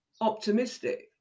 optimistic